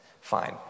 fine